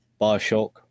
Bioshock